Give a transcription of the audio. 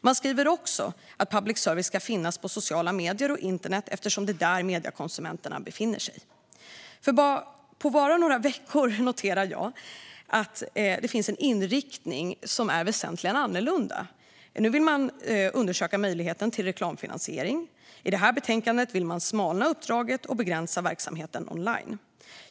Man skrev också att public service ska finns på sociala medier och internet eftersom det är där mediekonsumenterna befinner sig. Jag noterar att det på bara några veckor har uppstått en inriktning som är väsentligen annorlunda. Nu vill man undersöka möjligheten till reklamfinansiering. I det här betänkandet vill man smalna av uppdraget och begränsa verksamheten online.